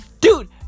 Dude